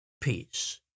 peace